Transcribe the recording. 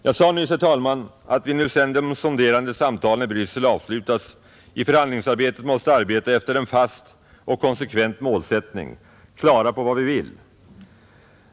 Jag sade nyss, herr talman, att vi nu, sedan de sonderande samtalen i Bryssel avslutats, i förhandlingsarbetet måste arbeta efter en fast och konsekvent målsättning, klara på vad vi vill.